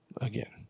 Again